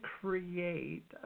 create